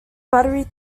buttery